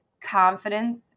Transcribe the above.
confidence